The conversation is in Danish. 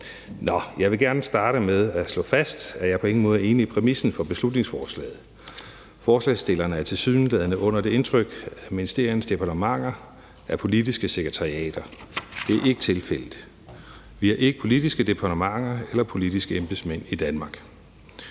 jeg vil gerne starte med at slå fast, at jeg på ingen måde er enig i præmissen for beslutningsforslaget. Forslagsstillerne er tilsyneladende under det indtryk, at ministeriernes departementer er politiske sekretariater. Det er ikke tilfældet. Vi har ikke politiske departementer eller politiske embedsmænd i Danmark.